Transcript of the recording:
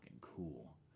cool